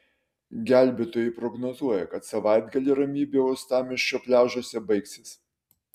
gelbėtojai prognozuoja kad savaitgalį ramybė uostamiesčio pliažuose baigsis